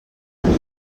entre